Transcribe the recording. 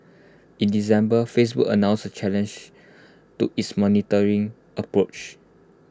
in December Facebook announced A change to its monitoring approach